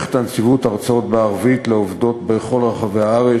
עורכת הנציבות הרצאות בערבית לעובדות בכל רחבי הארץ